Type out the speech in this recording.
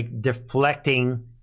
deflecting